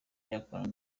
yakorana